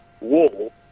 wall